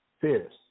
fierce